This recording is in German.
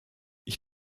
ich